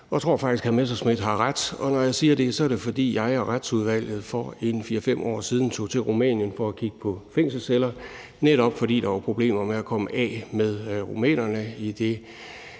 Jeg tror faktisk, at hr. Morten Messerschmidt har ret, og når jeg siger det, er det, fordi jeg og Retsudvalget for 4-5 år siden tog til Rumænien for at kigge på fængselsceller, netop fordi der var problemer med at komme af med rumænerne, idet